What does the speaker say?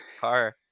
car